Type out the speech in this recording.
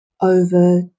over